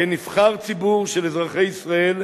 כנבחר ציבור של אזרחי ישראל,